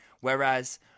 Whereas